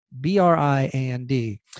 B-R-I-A-N-D